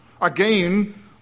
again